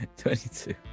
22